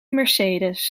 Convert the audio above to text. mercedes